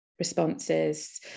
Responses